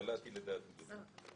קלעתי לדעת גדולים.